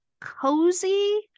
cozy